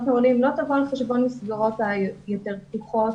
נעולים לא תבוא על חשבון המסגרות היותר פתוחות,